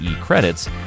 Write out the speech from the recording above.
credits